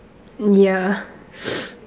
yeah